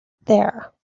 there